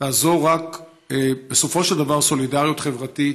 בסופו של דבר תעזור רק סולידריות חברתית,